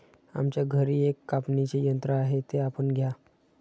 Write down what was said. आमच्या घरी एक कापणीचे यंत्र आहे ते आपण घ्या